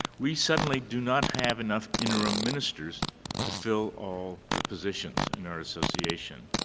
we suddenly do not have enough interim ministers to fill all the positions in our association